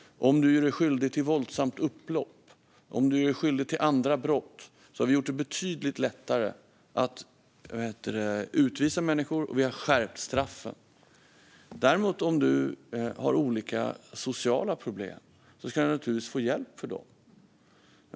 Vi har gjort det betydligt lättare att utvisa människor som gör sig skyldiga till våldsamt upplopp eller andra brott, och vi har skärpt straffen. Om du däremot har olika sociala problem ska du naturligtvis få hjälp för det.